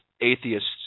atheists